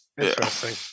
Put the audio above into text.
Interesting